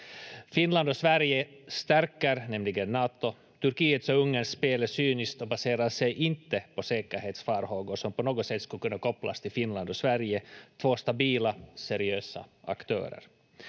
Finland och Sverige stärker nämligen Nato. Turkiets och Ungerns spel är cyniskt och baserar sig inte på säkerhetsfarhågor som på något sätt skulle kunna kopplas till Finland och Sverige, två stabila, seriösa aktörer.